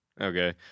Okay